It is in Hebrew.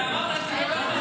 היו לי ציפיות.